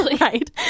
right